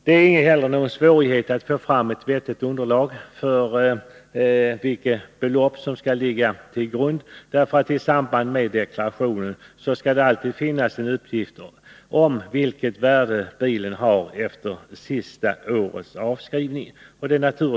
Det finns inte heller någon svårighet att få fram ett vettigt underlag för beräkning av vilket belopp som skall ligga till grund, eftersom det i deklarationen alltid skall finnas en uppgift om vilket värde bilen har efter senaste årets avskrivning.